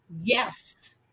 Yes